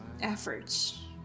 efforts